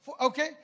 Okay